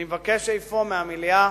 אני מבקש אפוא מהמליאה